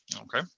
Okay